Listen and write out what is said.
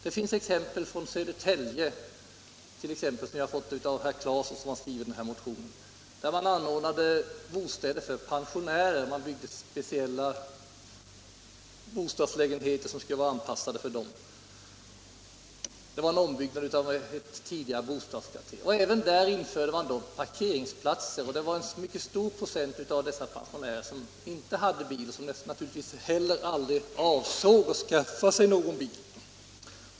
Ett annat exempel har jag fått av herr Claeson, som skrivit denna motion. Det exemplet är från Södertälje, där man byggde om ett gammalt bostadskvarter och inrättade speciella lägenheter för pensionärer. I det sammanhanget byggde man även parkeringsplatser. Ett mycket stort antal av dessa pensionärer hade inte bil och avsåg naturligtvis heller inte att skaffa sig någon.